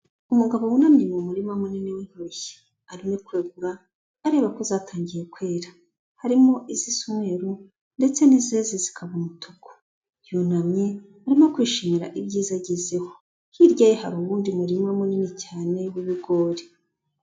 Umugabo wunamye mu murima munini w'intoryi arimo kwegura areba ko zatangiye kwera. Harimo izisa umweru ndetse n'izeze zikaba umutuku, yunamye arimo kwishimira ibyiza agezeho, hirya ye hari uwundi murima munini cyane w'ibigori.